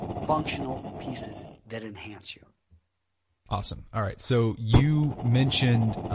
functional pieces that enhance you awesome, alright so you mentioned